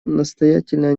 настоятельная